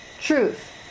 truth